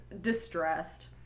distressed